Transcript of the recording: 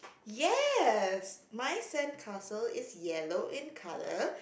yes my sandcastle is yellow in colour